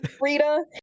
Rita